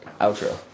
outro